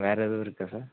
வேறு எதுவும் இருக்கா சார்